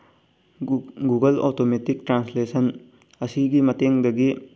Google automatic translation ꯑꯁꯤꯒꯤ ꯃꯇꯦꯡꯗꯒꯤ